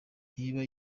ntiba